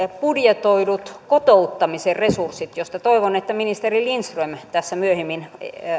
budjetoidut kotouttamisen resurssit mistä toivon että ministeri lindström tässä myöhemmin